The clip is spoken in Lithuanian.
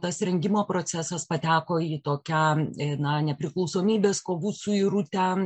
tas rengimo procesas pateko į tokią na nepriklausomybės kovų suirutę